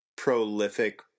prolific